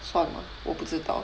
算了我不知道